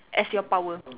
as your power